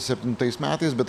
septintais metais bet